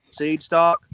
Seedstock